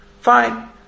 Fine